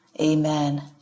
Amen